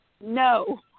no